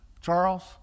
Charles